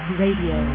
radio